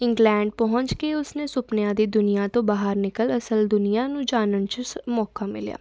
England ਪਹੁੰਚ ਕੇ ਉਸਨੇ ਸੁਪਨਿਆਂ ਦੀ ਦੁਨੀਆ ਤੋਂ ਬਾਹਰ ਨਿਕਲ ਅਸਲ ਦੁਨੀਆ ਨੂੰ ਜਾਨਣ 'ਚ ਸ ਮੌਕਾ ਮਿਲਿਆ